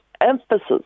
emphasis